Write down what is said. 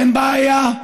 אין בעיה.